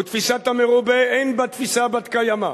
ותפיסת המרובה אין בה תפיסה בת-קיימא.